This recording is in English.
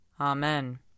Amen